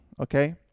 Okay